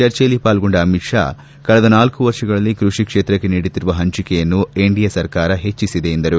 ಚರ್ಚೆಯಲ್ಲಿ ಪಾಲ್ಗೊಂಡ ಅಮಿತ್ ಷಾ ಕಳೆದ ನಾಲ್ಕು ವರ್ಷಗಳಲ್ಲಿ ಕೃಷಿ ಕ್ಷೇತ್ರಕ್ಕೆ ನೀಡುತ್ತಿರುವ ಹಂಚಿಕೆಯನ್ನು ಎನ್ಡಿಎ ಸರ್ಕಾರ ಹೆಚ್ಚಿಸಿದೆ ಎಂದರು